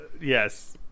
Yes